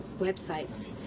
websites